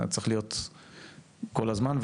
צריך להיות כל הזמן.